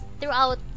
throughout